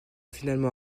finalement